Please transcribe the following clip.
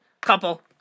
couple